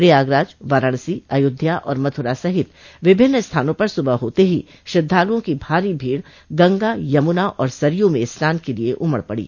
प्रयागराज वाराणसी अयोध्या और मथुरा सॅहित विभिन्न स्थानों पर सुबह होते ही श्रद्धालुओं की भारी भीड़ गंगा यमुना और सरयू में स्नान के लिए उमड़ पड़ी